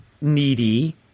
needy